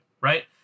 right